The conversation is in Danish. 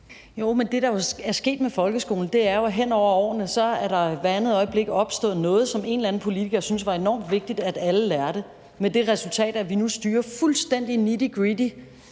det, der jo er sket med folkeskolen, er, at der hen over årene hvert andet øjeblik er opstået noget, som en eller anden politiker syntes var enormt vigtigt at alle lærte. Med det resultat, at vi nu styrer, fuldstændig nitty-gritty,